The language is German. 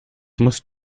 musst